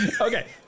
Okay